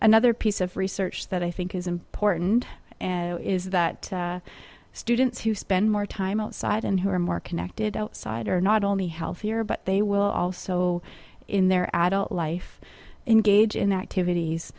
another piece of research that i think is important is that students who spend more time outside and who are more connected outside are not only healthier but they will also in their adult life engage in activities